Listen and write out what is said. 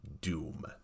doom